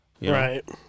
Right